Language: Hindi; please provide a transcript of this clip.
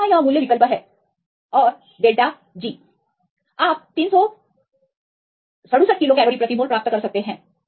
तो यहां यह मूल्य विकल्प है और△G आप 367 किलो कैलोरी प्रति मोल प्राप्त कर सकते हैं